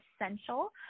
essential